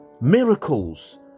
Miracles